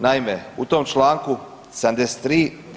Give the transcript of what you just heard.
Naime, u tom članku 73.